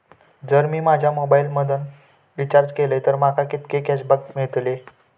जर मी माझ्या मोबाईल मधन रिचार्ज केलय तर माका कितके कॅशबॅक मेळतले?